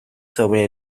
sobre